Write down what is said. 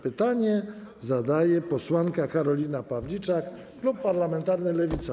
Pytanie zadaje posłanka Karolina Pawliczak, klub parlamentarny Lewica.